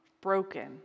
broken